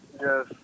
Yes